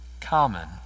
common